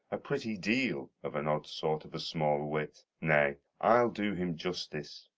a pretty deal of an odd sort of a small wit nay, i'll do him justice.